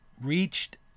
reached